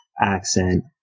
accent